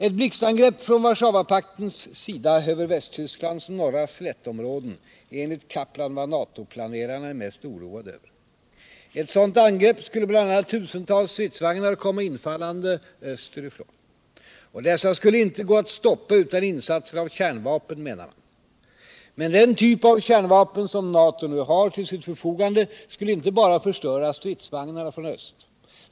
Ett blixtangrepp från Warszawapaktens sida över Västtysklands norra slättområden är enligt Kaplan vad NATO-planerarna är mest oroade över. I ett sådant angrepp skulle bl.a. tusentals stridsvagnar komma inrullande österifrån. Och dessa skulle inte gå att stoppa utan insatser av kärnvapen, menar man. Men den typ av kärnvapen som NATO nu har till sitt förfogande skulle inte bara förstöra stridsvagnarna från öst.